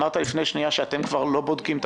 אמרת לפני רגע שאתם כבר לא בודקים את